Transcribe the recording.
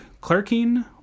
clerking